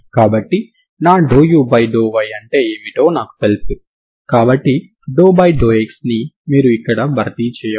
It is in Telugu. కాబట్టి నా ∂u∂y అంటే ఏమిటో నాకు తెలుసు కాబట్టి ∂x ని మీరు ఇక్కడ భర్తీ చేయవచ్చు